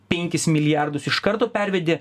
penkis milijardus iš karto pervedė